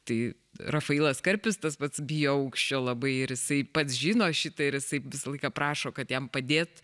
tai rafailas karpis tas pats bijo aukščio labai ir jisai pats žino šitą ir jisai visą laiką prašo kad jam padėt